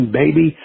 baby